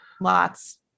lots